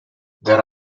there